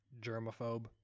germaphobe